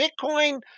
Bitcoin